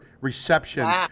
reception